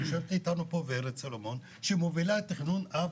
יושבת איתנו פה ורד סלומון שמובילה תכנון אב